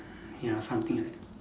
ya something like that